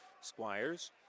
Squires